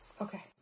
Okay